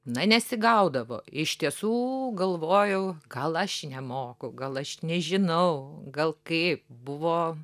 na nesigaudavo iš tiesų galvojau gal aš nemoku gal aš nežinau gal kai buvo